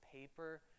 paper